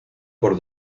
por